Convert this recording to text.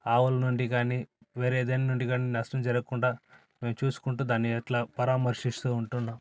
ఆవుల నుండి గాని వేరే ఏదైనా నుండి నష్టం జరక్కుండా మేము చూసుకుంటూ దాన్ని అట్లా పరామర్శిస్తూ ఉంటున్నాం